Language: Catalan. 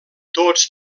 tots